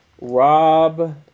Rob